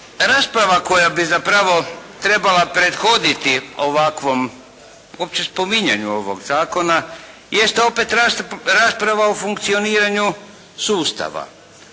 rasprava koja bi zapravo trebala prethoditi ovakvom opće spominjanju ovog zakona, jest opet rasprava o funkcioniranju sustava.